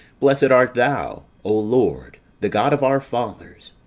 blessed art thou, o lord, the god of our fathers,